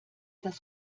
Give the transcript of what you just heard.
das